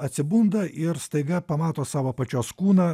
atsibunda ir staiga pamato savo pačios kūną